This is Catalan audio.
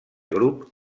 grup